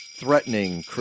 Threatening